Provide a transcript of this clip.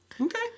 Okay